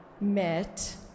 met